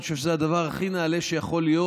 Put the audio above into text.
אני חושב שזה הדבר הכי נעלה שיכול להיות,